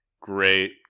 Great